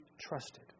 trusted